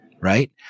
Right